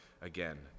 again